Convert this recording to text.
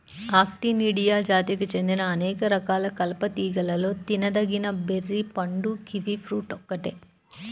Actinidia జాతికి చెందిన అనేక రకాల కలప తీగలలో తినదగిన బెర్రీ పండు కివి ఫ్రూట్ ఒక్కటే